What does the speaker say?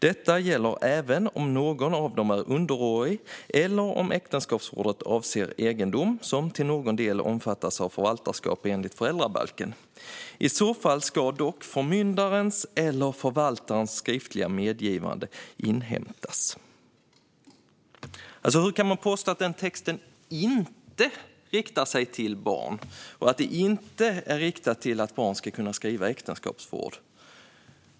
Detta gäller även om någon av dem är underårig eller om äktenskapsförordet avser egendom, som till någon del omfattas av förvaltarskap enligt föräldrabalken. I så fall ska dock förmyndarens eller förvaltarens skriftliga medgivande inhämtas." Hur kan man påstå att den texten inte riktar sig till barn och att den inte syftar till att barn ska kunna skriva äktenskapsförord?